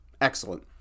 excellent